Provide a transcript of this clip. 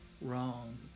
wrong